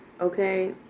okay